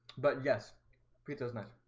but yes pete does man